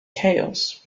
chaos